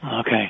Okay